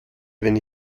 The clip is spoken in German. wenn